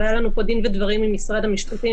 היה לנו פה דין ודברים עם משרד המשפטים,